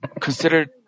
considered